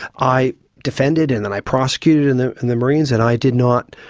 i defended and then i prosecuted in the in the marines, and i did not.